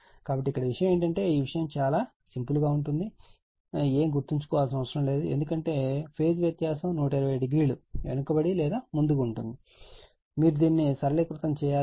కాబట్టి ఇక్కడ విషయం ఏమిటంటే ఈ విషయం చాలా సరళంగా ఉంటుంది ఏమీ గుర్తుంచుకోవాల్సిన అవసరం లేదు ఎందుకంటే ఫేజ్ వ్యత్యాసం 120o వెనుకబడి లేదా ముందుగా ఉంటుంది మీరు దీనిని సరళీకృతం చేయాలి